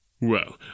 Well